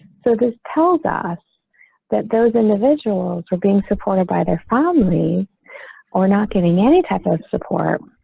so this tells us that those individuals are being supported by their family or not getting any type of support.